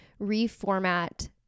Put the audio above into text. reformat